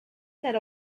said